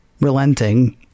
Relenting